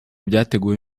byateguwe